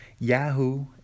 Yahoo